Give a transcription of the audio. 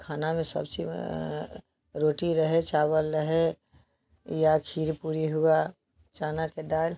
खाना में सब्ज़ी में रोटी रहे चावल रहे या खीर पूड़ी हुई चने की दाल